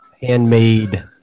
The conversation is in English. handmade